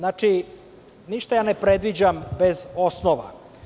Ništa ne predviđam bez osnova.